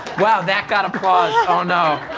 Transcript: wow that got applause, oh no,